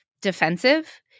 defensive